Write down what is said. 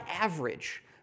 average